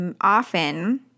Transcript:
often